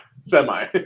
Semi